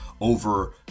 over